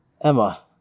Emma